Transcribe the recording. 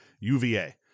UVA